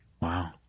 Wow